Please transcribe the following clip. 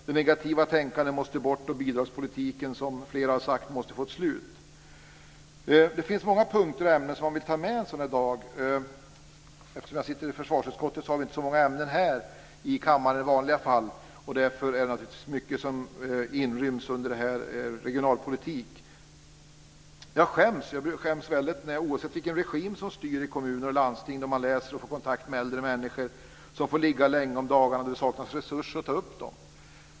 Det negativa tänkandet måste bort, och bidragspolitiken måste få ett slut, som flera har sagt. Det finns många punkter och ämnen som man vill ta med en sådan här dag. Vi som sitter i försvarsutskottet har inte så många ämnen här i kammaren i vanliga fall. Därför är det naturligtvis mycket som inryms inom regionalpolitik. Jag skäms, oavsett vilken regim som styr i kommuner och landsting, då man läser och får kontakt med äldre människor som får ligga länge om dagarna då det saknas resurser att ta upp dem.